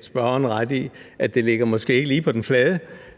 spørgeren ret i, at det måske ikke ligger lige på den flade,